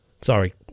Sorry